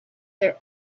their